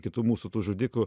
kitų mūsų tų žudikų